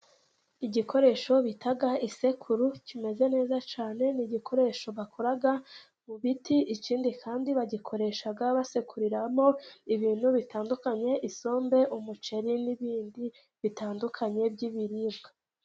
Igikoresho bita isekuru kimeze neza cyane. Ni igikoresho bakora mu biti, ikindi kandi bagikoresha basekuriramo ibintu bitandukanye, isombe, umuceri, n'ibindi bitandukanye by'ibiribwa.